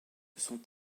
sont